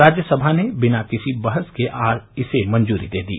राज्यसभा ने बिना किसी बहस के आज इसे मंजूरी दे दी